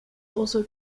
also